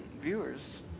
viewers